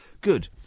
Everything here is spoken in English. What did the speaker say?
good